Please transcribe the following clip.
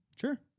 Sure